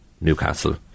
Newcastle